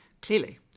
Clearly